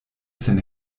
sen